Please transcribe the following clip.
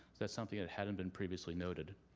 that's something that hadn't been previously noted.